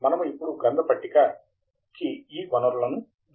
మనము ఇప్పుడు గ్రంథ పట్టిక ఈ వనరులను జోడించాలి